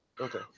Okay